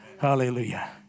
Hallelujah